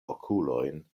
okulojn